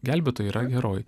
gelbėtojai yra herojai